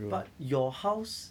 but your house